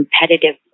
competitive